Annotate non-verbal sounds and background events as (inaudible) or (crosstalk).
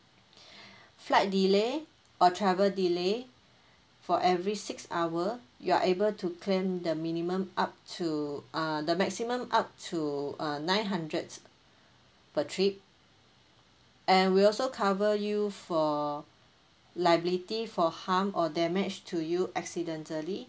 (breath) flight delay or travel delay for every six hour you are able to claim the minimum up to uh the maximum up to uh nine hundreds per trip and we also cover you for liability for harm or damage to you accidentally